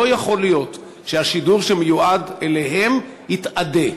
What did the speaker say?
לא יכול להיות שהשידור שמיועד אליהם יתאדה.